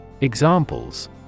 Examples